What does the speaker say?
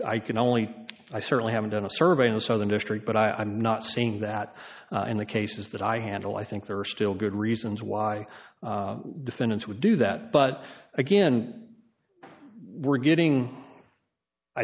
i can only i certainly haven't done a survey in the southern district but i'm not saying that in the cases that i handle i think there are still good reasons why defendants would do that but again we're getting i